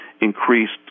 increased